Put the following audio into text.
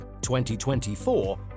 2024